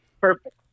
Perfect